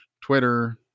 Twitter